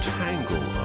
tangle